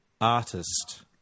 artist